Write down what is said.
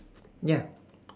ya